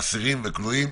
אסירים וכלואים),